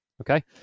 Okay